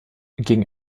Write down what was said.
gegen